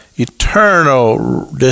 eternal